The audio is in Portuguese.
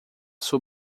sua